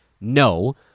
No